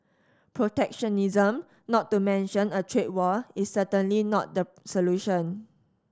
protectionism not to mention a trade war is certainly not the solution